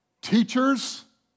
Teachers